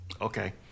Okay